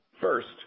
First